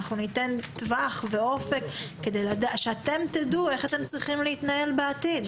טווח ואופק כדי שאתם תדעו איך להתנהל בעתיד.